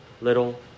little